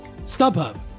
StubHub